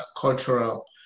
cultural